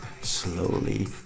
slowly